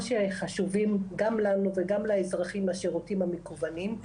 שחשובים גם לנו וגם לאזרחים השירותים המקוונים,